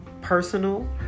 personal